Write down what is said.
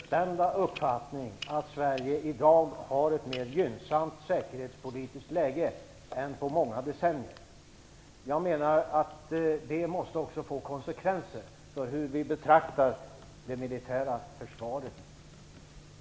Fru talman! Det är min bestämda uppfattning att Sverige i dag har ett mer gynnsamt säkerhetspolitiskt läge än på många decennier. Jag menar att det måste få konsekvenser för hur vi betraktar det militära försvaret.